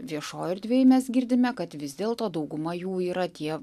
viešoj erdvėj mes girdime kad vis dėlto dauguma jų yra tie